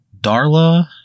Darla